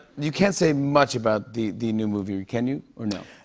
you can't say much about the the new movie. can you, or no?